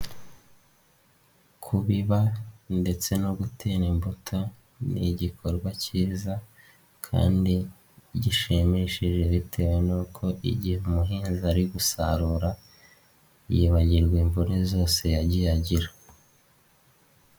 Kubiba ndetse no gutera imbuto ni igikorwa cyiza kandi gishimishije bitewe n'uko igihe umuhinzi ari gusarura yibagirwa imvune zose yagiye agira.